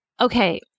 Okay